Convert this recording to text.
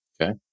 Okay